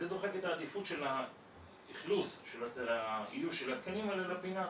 זה דוחק את העדיפות של איוש התקנים האלה לפינה.